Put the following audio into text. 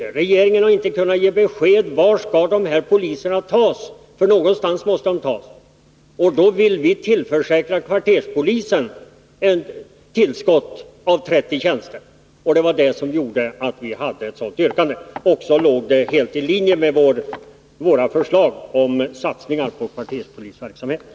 Men regeringen har inte kunnat ge något besked om var de poliserna skall tas — någonstans måste de ju tas. Därför vill vi tillförsäkra kvarterspolisen ett tillskott av 30 tjänster. Det låg också helt i linje med våra förslag om satsningar på kvarterspolisverksamheten.